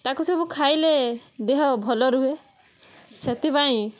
ତାକୁ ସବୁ ଖାଇଲେ ଦେହ ଭଲ ରୁହେ ସେଥିପାଇଁ